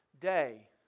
day